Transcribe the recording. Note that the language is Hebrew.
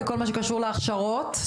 את יודעת מה זה כשפתאום יש אנשים עם תנאים,